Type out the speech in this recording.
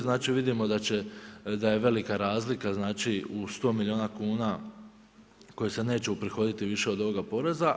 Znači vidimo da je velika razlika, znači u 100 milijuna kuna koji se neće uprihoditi više od ovoga poreza.